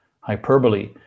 hyperbole